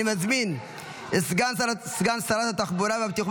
אני מזמין את סגן שרת התחבורה והבטיחות